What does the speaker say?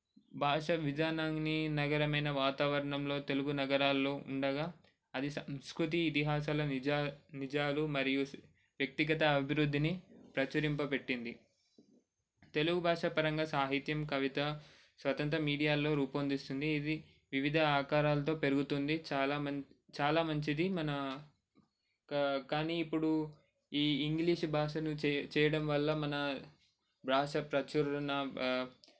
బాష విధానాన్ని నగరమైన వాతావరణంలో తెలుగు నగరాల్లో ఉండగా అది సంస్కృతి ఇతిహాసాల నిజా నిజాలు మరియు వ్యక్తిగత అభివృద్ధిని ప్రచురింప పెట్టింది తెలుగు భాషపరంగా సాహిత్యం కవిత స్వతంత్ర మీడియాలో రూపొందిస్తున్నది ఇది వివిధ ఆకారాలతో పెరుగుతుంది చాలా మం చాలా మంచిది మన కా కానీ ఇప్పుడు ఈ ఇంగ్లీష్ భాషను చే చేయడం వల్ల మన రాష్ట్ర ప్రచురణ